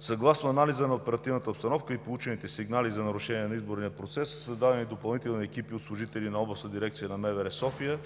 Съгласно анализа на оперативната обстановка и получените сигнали за нарушение на изборния процес са създадени допълнителни екипи от служители на Областна дирекция на МВР – София,